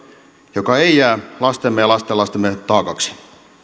joka ei jää lastemme ja lastenlastemme taakaksi